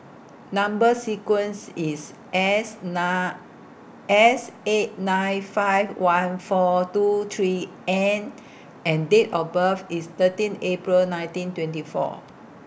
Number sequence IS S nine S eight nine five one four two three N and Date of birth IS thirteen April nineteen twenty four